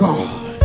God